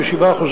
ב-7%,